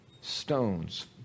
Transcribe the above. stones